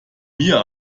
mir